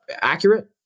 Accurate